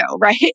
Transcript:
right